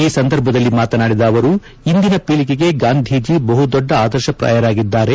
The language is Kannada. ಈ ಸಂದರ್ಭದಲ್ಲಿ ಮಾತನಾಡಿದ ಅವರು ಇಂದಿನ ಪೀಳಿಗೆಗೆ ಗಾಂಧೀಜಿ ಬಹುದೊಡ್ಡ ಆದರ್ಶ ಪ್ರಾಯರಾಗಿದ್ದಾರೆ